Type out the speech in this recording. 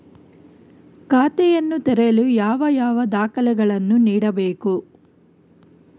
ಖಾತೆಯನ್ನು ತೆರೆಯಲು ಯಾವ ಯಾವ ದಾಖಲೆಗಳನ್ನು ನೀಡಬೇಕು?